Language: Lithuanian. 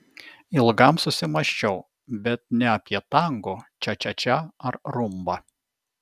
ilgam susimąsčiau bet ne apie tango čia čia čia ar rumbą